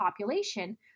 population